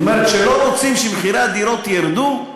זאת אומרת שלא רוצים שמחירי הדירות ירדו?